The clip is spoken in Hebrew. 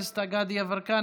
דסטה גדי יברקן,